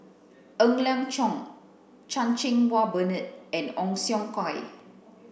Ng Liang Chiang Chan Cheng Wah Bernard and Ong Siong Kai